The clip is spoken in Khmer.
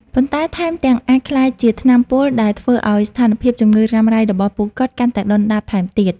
ប៉ុន្តែថែមទាំងអាចក្លាយជា ថ្នាំពុល ដែលធ្វើឱ្យស្ថានភាពជំងឺរ៉ាំរ៉ៃរបស់ពួកគាត់កាន់តែដុនដាបថែមទៀត។